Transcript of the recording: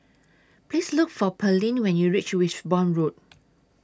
Please Look For Pearlene when YOU REACH Wimborne Road